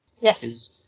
Yes